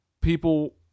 people